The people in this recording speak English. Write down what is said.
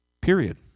Period